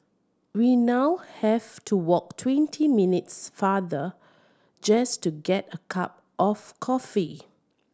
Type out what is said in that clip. we now have to walk twenty minutes farther just to get a cup of coffee